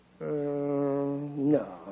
no